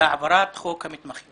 להעברת חוק המתמחים.